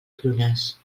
prunes